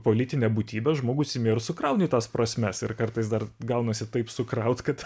politine būtybe žmogus imi ir sukrauni tas prasmes ir kartais dar gaunasi taip sukraut kad